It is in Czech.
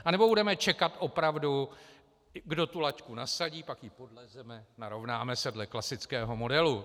Anebo budeme čekat opravdu, kdo tu laťku nasadí, pak ji podlezeme, narovnáme se dle klasického modelu.